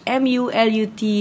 m-u-l-u-t